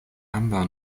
ambaŭ